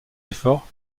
efforts